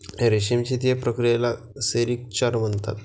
रेशीम शेतीच्या प्रक्रियेला सेरिक्चर म्हणतात